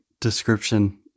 description